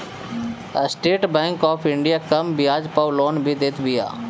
estate bank of India कम बियाज पअ लोन भी देत बिया